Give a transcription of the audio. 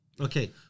okay